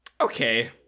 okay